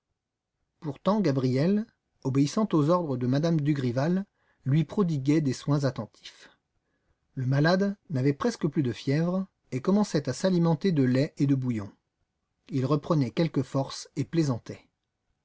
pourtant gabriel obéissant aux ordres de m me dugrival lui prodiguait des soins attentifs le malade n'avait presque plus de fièvre et commençait à s'alimenter de lait et de bouillon il reprenait quelque force et plaisantait